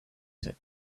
said